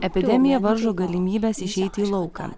epidemija varžo galimybes išeiti į lauką